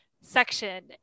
section